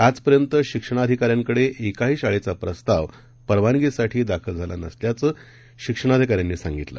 आजपर्यंतशिक्षणाधिकाऱ्यांकडेएकाहीशाळेचाप्रस्तावपरवानगीसाठीदाखलझालानसल्याचं शिक्षणाधिकाऱ्यांनीसांगितलं